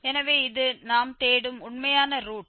எனவே இது நாம் தேடும் உண்மையான ரூட்